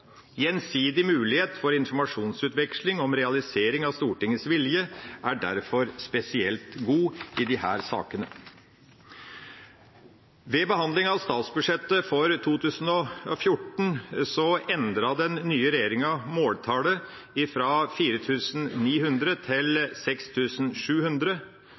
for informasjonsutveksling om realisering av Stortingets vilje er derfor spesielt god i disse sakene. Ved behandling av statsbudsjettet for 2014 endret den nye regjeringa måltallet fra 4 900 til